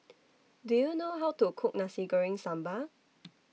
Do YOU know How to Cook Nasi Goreng Sambal